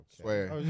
Swear